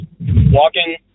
walking